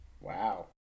Wow